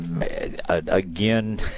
Again